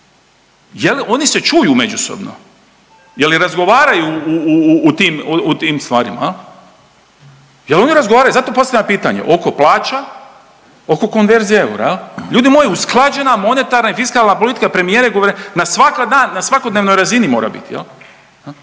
oni se čuju međusobno. Je li razgovaraju u tim, u tim stvarima? Je li oni razgovaraju? Zato postavljam pitanje, oko plaća, oko konverzije eura? Ljudi moji, usklađena monetarna i fiskalna politika premijer i guvernera, na svako dan, na svakodnevnoj razini mora biti.